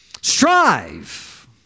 Strive